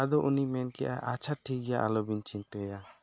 ᱟᱫᱚ ᱩᱱᱤᱭ ᱢᱮᱱᱠᱮᱫᱼᱟ ᱟᱡ ᱴᱷᱤᱠ ᱜᱮᱭᱟ ᱟᱞᱚᱵᱤᱱ ᱪᱤᱱᱛᱟᱜᱼᱟ